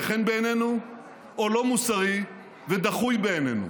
חן בעינינו או לא מוסרי ודחוי בעינינו,